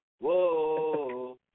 Whoa